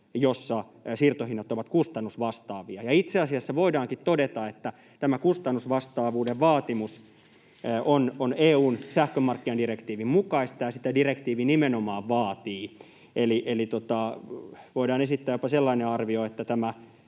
että siirtohinnat ovat kustannusvastaavia. Itse asiassa voidaankin todeta, että tämä kustannusvastaavuuden vaatimus on EU:n sähkömarkkinadirektiivin mukaista, ja sitä direktiivi nimenomaan vaatii. Voidaan esittää jopa sellainen arvio, että tämä